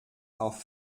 auf